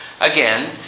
again